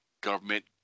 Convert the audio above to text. Government